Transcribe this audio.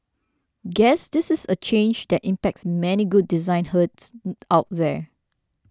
guess this is a change that impacts many good design herds out there